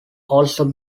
also